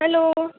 hello